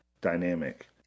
dynamic